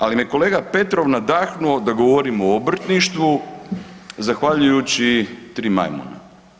Ali me kolega Petrov nadahnuo da govorim o obrtništvu zahvaljujući „Tri majmuna“